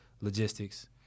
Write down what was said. logistics